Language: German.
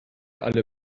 alle